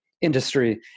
industry